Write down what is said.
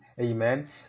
amen